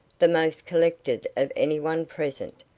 the most collected of any one present.